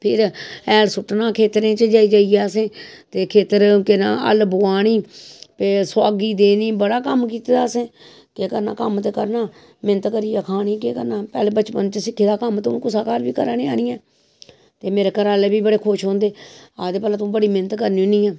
फिर हैल सुट्टना खेत्तरैं चजाई जाईयै असें ते खेत्तर केह् नां हल्ल बोआनी सोआगी देनी बड़ा कम्म कीते दा असैं केह् करना मेह्नत करियै केह् करना पैह्लें बचपन च सिक्खे दा कम्म ते कुसै घर बी करा ने आनियैं ते मेरे घरा आह्ले बी बड़े खुश होंदे आखदे भला तूं बड़ी मेह्नत करनी होनी